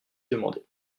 demandé